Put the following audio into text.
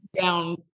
down